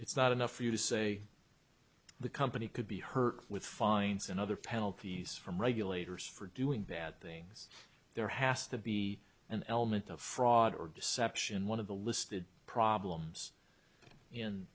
it's not enough for you to say the company could be hurt with fines and other penalties from regulators for doing bad things there has to be an element of fraud or deception one of the listed problems in